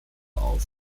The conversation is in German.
auf